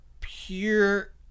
Pure